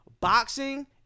boxing